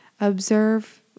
Observe